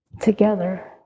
together